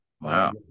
Wow